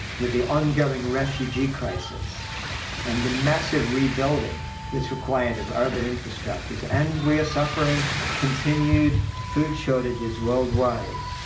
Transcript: with the ongoing refugee crisis and the massive rebuilding that's required of urban infrastructures. and we're suffering continued food shortages worldwide,